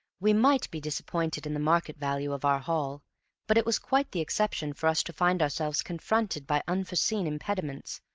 we might be disappointed in the market value of our haul but it was quite the exception for us to find ourselves confronted by unforeseen impediments,